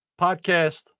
podcast